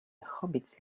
hobbits